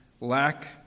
lack